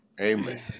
Amen